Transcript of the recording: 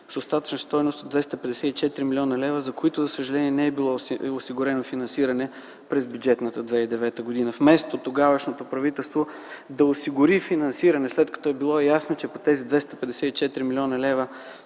с остатъчна стойност 254 млн. лв., за които, за съжаление, не е било осигурено финансиране през бюджетната 2009 г. Вместо тогавашното правителство да осигури финансиране, след като е било ясно, че по тези 254 млн. лв.